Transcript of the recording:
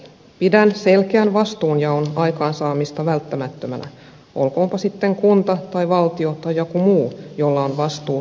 pidän selkeän vastuunjaon aikaansaamista välttämättömänä olkoonpa sitten kunta tai valtio tai joku muu jolla on vastuu turvakotitoiminnan saatavuudesta